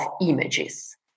images